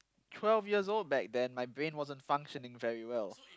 twelve years old back then my brain wasn't functioning very well